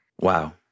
Wow